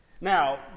Now